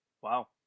Wow